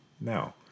now